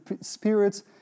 spirits